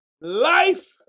life